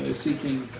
ah seeking